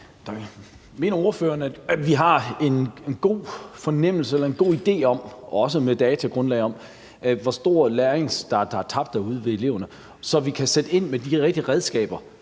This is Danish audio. ordføreren, at vi har en god fornemmelse eller en god idé om – også med datagrundlag – hvor stor læring der er gået tabt derude ved eleverne, så vi kan sætte ind med de rigtige redskaber